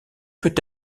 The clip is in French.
peut